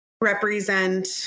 represent